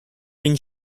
been